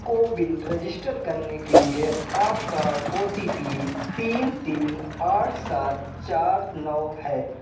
CoWIN register करने के लिए आपका ओटीपी तीन तीन आठ सात चार नौ है